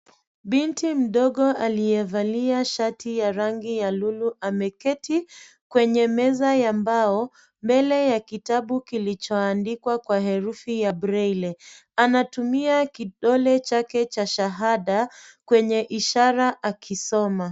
Binti mdogo aliyevalia shati ya rangi ya lulu ameketi kwenye meza ya mbao mbele ya kitabu kilicho andikwa kwa herufi ya breile. Anatumia kidole chake cha shahada kwenye ishara akisoma.